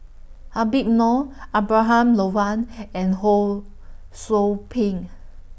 Habib Noh Abraham Logan and Ho SOU Ping